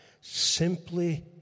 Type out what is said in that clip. simply